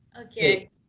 Okay